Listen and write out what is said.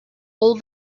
all